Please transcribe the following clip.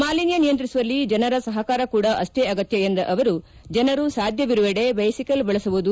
ಮಾಲಿನ್ಯ ನಿಯಂತ್ರಿಸುವಲ್ಲಿ ಜನರ ಸಹಕಾರ ಕೂಡ ಅಷ್ಷೇ ಅಗತ್ಯ ಎಂದ ಅವರು ಜನರು ಸಾಧ್ಯವಿರುವೆಡೆ ಬೈ ಸೈಕಲ್ ಬಳಸುವುದು